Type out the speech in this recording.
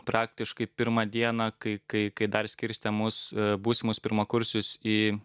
praktiškai pirmą dieną kai kai kai dar skirstė mus būsimus pirmakursius į